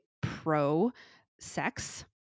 pro-sex